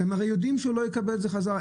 אתם הרי יודעים שהוא לא יקבל את זה חזרה.